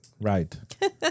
Right